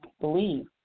believe